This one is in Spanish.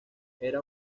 era